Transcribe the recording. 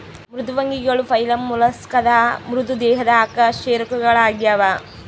ಮೃದ್ವಂಗಿಗಳು ಫೈಲಮ್ ಮೊಲಸ್ಕಾದ ಮೃದು ದೇಹದ ಅಕಶೇರುಕಗಳಾಗ್ಯವ